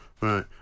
Right